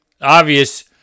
obvious